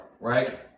right